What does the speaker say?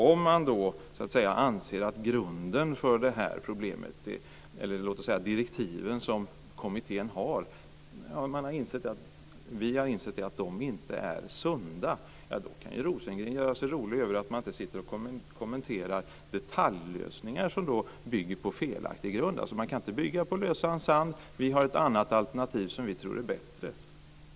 Om man då anser att grunden för det här problemet, direktiven som kommittén har, inte är sund, då kan Rosengren göra sig rolig över att man inte sitter kommenterar detaljlösningar som bygger på den felaktiga grunden. Man kan inte bygga på lösan sand. Vi har ett annat alternativ som vi tror är bättre.